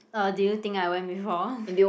uh do you think I went before